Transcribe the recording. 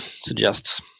suggests